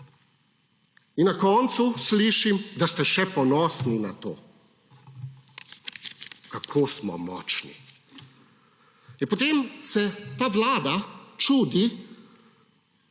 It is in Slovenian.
In na koncu slišim, da ste še ponosni na to kako smo močni. Ja potem se ta vlada čudi,